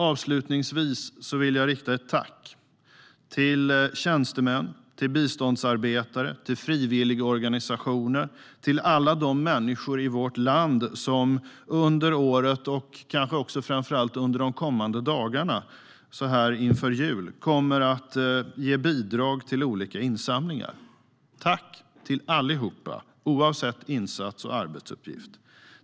Avslutningsvis vill jag rikta ett tack till tjänstemän, till biståndsarbetare, till frivilligorganisationer, till alla de människor i vårt land som under året och kanske framför allt också under de kommande dagarna, så här inför jul, kommer att ge bidrag till olika insamlingar. Tack allihop, oavsett insats och arbetsuppgift!